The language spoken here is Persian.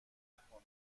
نکن